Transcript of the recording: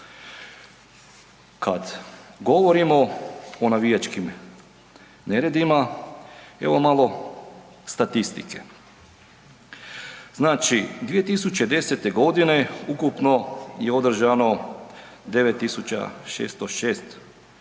Kad govorimo o navijačkim neredima evo malo statistike. Znači, 2010. godine ukupno je održano 9.606